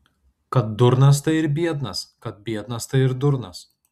kad durnas tai ir biednas kad biednas tai ir durnas